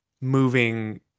Moving